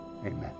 Amen